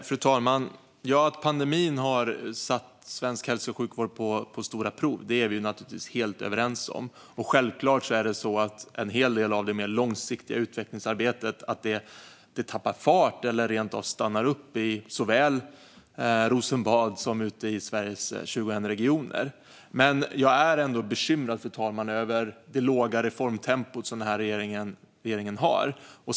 Fru talman! Att pandemin har satt svensk hälso och sjukvård på stora prov är vi naturligtvis helt överens om. Det är självklart att en hel del av det mer långsiktiga utvecklingsarbetet tappar fart eller rent av stannar upp såväl i Rosenbad som ute i Sveriges 21 regioner. Men jag är ändå bekymrad, fru talman, över det låga reformtempo som den här regeringen har.